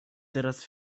teraz